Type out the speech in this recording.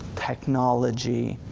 technology,